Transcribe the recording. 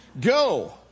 Go